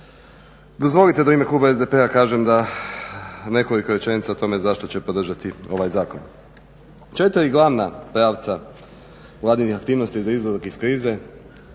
Dozvolite da u ime kluba SDP-a kažem da, nekoliko rečenica o tome zašto će podržati ovaj zakon. Četiri glavna pravca Vladinih aktivnosti za izlazak iz